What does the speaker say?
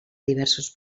diversos